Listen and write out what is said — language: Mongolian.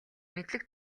мэдлэг